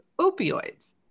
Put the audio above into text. opioids